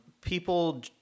People